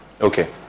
okay